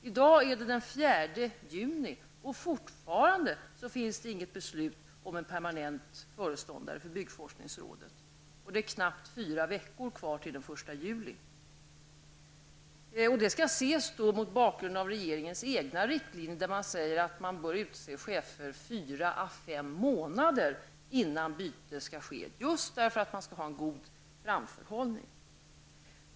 I dag är det den 4 juni, och fortfarande finns det inget beslut om en permanent föreståndare för byggforskningsrådet. Det är knappt fyra veckor kvar till den 1 juli. Detta skall ses mot bakgrund av regeringens egna riktlinjer, där det sägs att chefer bör utses fyra à fem månader innan byte skall ske, just för att ha en god framförhållning.